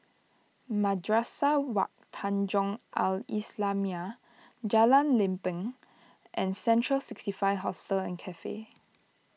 Madrasah Wak Tanjong Al Islamiah Jalan Lempeng and Central sixty five Hostel and Cafe